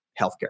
healthcare